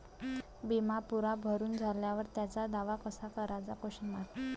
बिमा पुरा भरून झाल्यावर त्याचा दावा कसा कराचा?